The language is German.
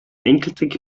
enkeltrick